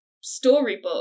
storybook